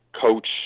coach